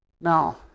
Now